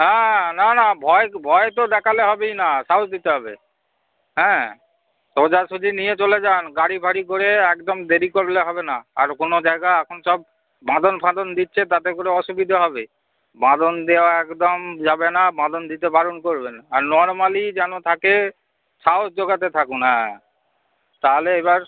হ্যাঁ না না ভয় ভয় তো দেখালে হবেই না সাহস দিতে হবে হ্যাঁ সোজাসুজি নিয়ে চলে যান গাড়ি ফাড়ি করে একদম দেরি করলে হবে না আর কোনো জায়গা এখন সব বাঁধন ফাঁধন দিচ্ছে তাতে করে অসুবিধে হবে বাঁধন দেওয়া একদম যাবে না বাঁধন দিতে বারণ করবেন আর নর্মালি যেন থাকে সাহস জোগাতে থাকুন হ্যাঁ তাহলে এবার